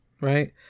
right